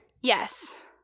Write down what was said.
Yes